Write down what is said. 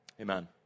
Amen